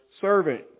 servant